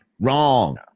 Wrong